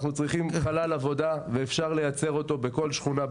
אנחנו צריכים חלל עבודה ואפשר לייצר בכל שכונה,